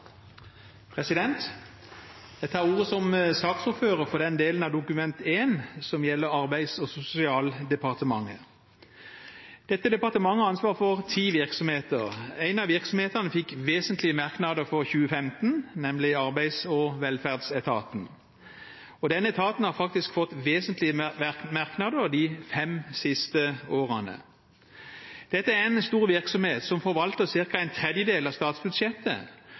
Jeg tar ordet som ordfører for den delen av Dokument 1 som gjelder Arbeids- og sosialdepartementet. Dette departementet har ansvar for ti virksomheter. En av virksomhetene fikk vesentlige merknader for 2015, nemlig Arbeids- og velferdsetaten. Den etaten har faktisk fått vesentlige merknader de fem siste årene. Dette er en stor virksomhet, som forvalter ca. en tredjedel av statsbudsjettet,